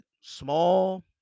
small